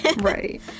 Right